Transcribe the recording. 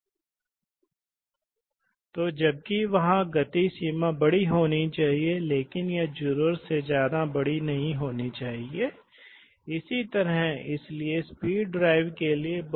लेकिन यह होगा आप जानते हैं कि सिस्टम की दक्षता कम हो जाती है यह बदले में कारण होगा यदि आप लीक को रोकना चाहते हैं तो यह रखरखाव की लागत में वृद्धि करेगा यह सील्स को भी टाइट करेगा और बढ़ेगा जिससे घर्षण बढ़ेगा बदले में दक्षता में और गिरावट आएगी इसलिए रिसाव न्यूमेटिक्स प्रणालियों के लिए एक बड़ी समस्या है